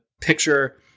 picture